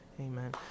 amen